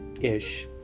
Ish